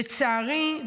לצערי,